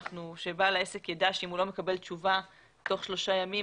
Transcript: שבעל העסק ידע שאם הוא לא מקבל תשובה תוך שלושה ימים,